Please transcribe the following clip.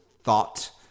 thought